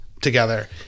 together